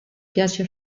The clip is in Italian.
piace